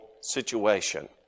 situation